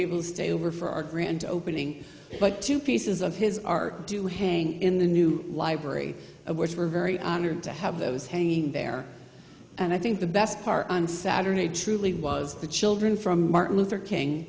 able to stay over for our grand opening but two pieces of his art do hang in the new library of which we're very honored to have those hanging there and i think the best car on saturday truly was the children from martin luther king